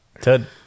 Ted